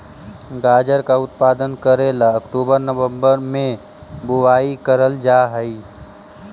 गाजर का उत्पादन करे ला अक्टूबर नवंबर में बुवाई करल जा हई